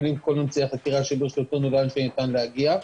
מפעילים את כל אמצעי החקירה שברשותנו ולאן שניתן להגיע.